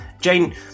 Jane